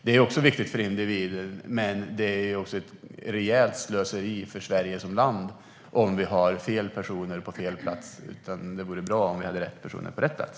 Det är viktigt för individen, men det är också ett rejält slöseri för Sverige som land om vi har fel personer på fel plats. Det vore bra med rätt personer på rätt plats.